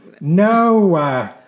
no